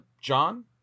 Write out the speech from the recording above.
John